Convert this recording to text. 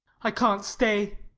i can't stay.